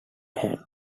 hand